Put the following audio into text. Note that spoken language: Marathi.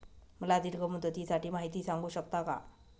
मला दीर्घ मुदतीसाठी माहिती सांगू शकता का?